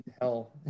hell